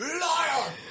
Liar